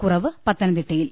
കുറവ് പത്തനംതിട്ട യിൽ